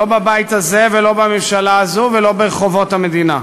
לא בבית הזה, לא בממשלה הזאת ולא ברחובות המדינה.